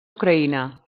ucraïna